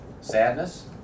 Sadness